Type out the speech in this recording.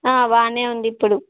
బాగానే ఉంది ఇప్పుడు